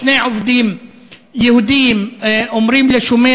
שני עובדים יהודים אומרים לשומר: